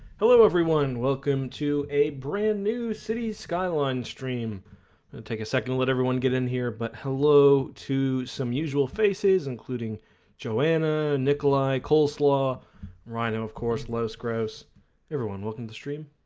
hello everyone, welcome to a brand new cities skylines dream and and take a second. let everyone get in here, but hello to some usual faces including johanna nicolai coleslaw rhino, of course louis krouse everyone looking the stream